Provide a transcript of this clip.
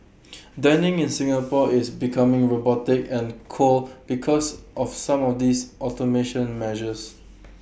dining in Singapore is becoming robotic and cold because of some of these automation measures